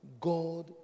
God